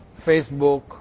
Facebook